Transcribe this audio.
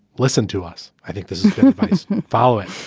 listen to us. i think this is following.